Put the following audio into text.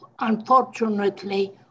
unfortunately